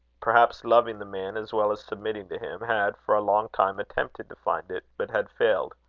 perhaps loving the man as well as submitting to him, had for a long time attempted to find it, but had failed.